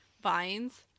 vines